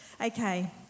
Okay